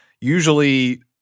usually